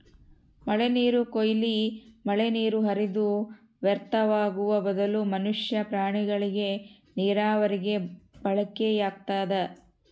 ಮಳೆನೀರು ಕೊಯ್ಲು ಮಳೆನೀರು ಹರಿದು ವ್ಯರ್ಥವಾಗುವ ಬದಲು ಮನುಷ್ಯ ಪ್ರಾಣಿಗಳಿಗೆ ನೀರಾವರಿಗೆ ಬಳಕೆಯಾಗ್ತದ